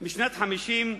משנת 1950,